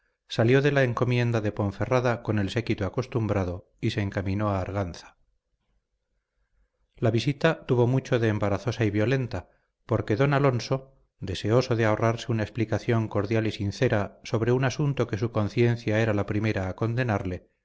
salió de la encomienda de ponferrada con el séquito acostumbrado y se encaminó a arganza la visita tuvo mucho de embarazosa y violenta porque don alonso deseoso de ahorrarse una explicación cordial y sincera sobre un asunto que su conciencia era la primera a condenarle